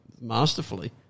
masterfully